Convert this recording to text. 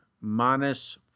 minus